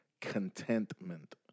contentment